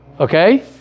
Okay